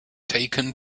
taken